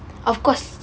of course